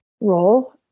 role